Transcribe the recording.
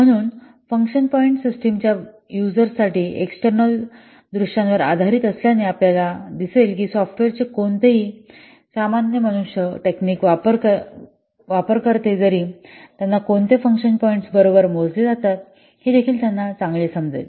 म्हणून function point सिस्टमच्या वापरकर्त्यांच्या एक्सटर्नल दृश्यावर आधारित असल्याने आपल्याला दिसेल की सॉफ्टवेअरचे कोणतेही सामान्य मनुष्य तांत्रिक वापरकर्ते जरी त्यांना कोणते फंक्शन पॉईंट्स बरोबर मोजले जातात हे देखील त्यांना चांगले समजेल